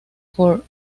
for